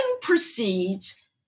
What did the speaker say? proceeds